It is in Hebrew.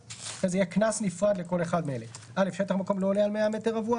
יהיה קנס נפרד לכל אחד מאלה " שטח המקום לא עולה על 100 מ"ר,